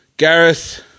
Gareth